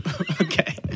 okay